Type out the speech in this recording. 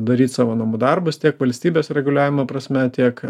daryt savo namų darbus tiek valstybės reguliavimo prasme tiek